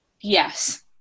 yes